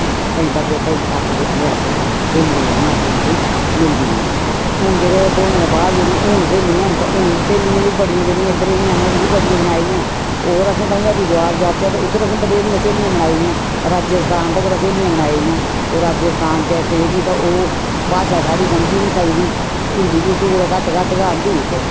ते अजें तक आपें बिच्च अस स्हेलियां जेह्ड़ियां आपूं बिच्चें मिलदियां न ते हून जेह्ड़े ब्होने दे बाद जेह्डि़यां हून स्हेलियां न ते हून स्हेलियें बी बड़ियां जेह्ड़ियां इद्धरै दियां न ओह् बड़ियां बनाई दियां न होर असें ताईं हरिद्वार जाचै उद्धर असें बथ्हेरियां स्हेलियां बनाई दियां न राजस्थान तकर स्हेलियां बनाई दियां न ओह् राजस्थान च इक जेह्ड़ी ते ओह् भाशा साढ़ी समझी नि सकदी ते हिंदी बी उसी कुतै घट्ट घट्ट गै आंदी